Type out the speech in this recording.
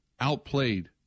outplayed